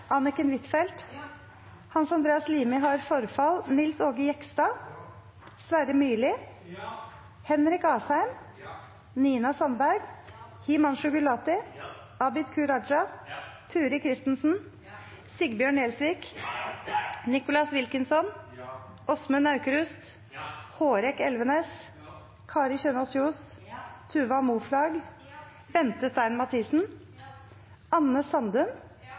Anniken Huitfeldt, Nils Aage Jegstad, Sverre Myrli, Henrik Asheim, Nina Sandberg, Himanshu Gulati, Abid Q. Raja, Turid Kristensen, Sigbjørn Gjelsvik, Nicholas Wilkinson, Åsmund Aukrust, Hårek Elvenes, Kari Kjønaas Kjos, Tuva Moflag, Bente Stein Mathisen, Anne Sandum,